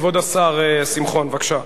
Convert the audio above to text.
כבוד השר שמחון, בבקשה.